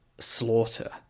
slaughter